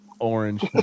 Orange